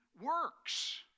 works